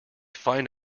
find